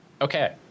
Okay